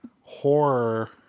horror